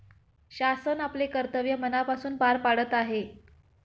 शासन आपले कर्तव्य मनापासून पार पाडत आहे